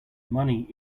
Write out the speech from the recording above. money